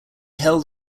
held